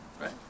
right